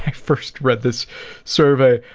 first read this survey,